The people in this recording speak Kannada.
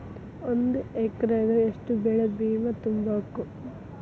ಒಂದ್ ಎಕ್ರೆಗ ಯೆಷ್ಟ್ ಬೆಳೆ ಬಿಮಾ ತುಂಬುಕು?